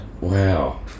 wow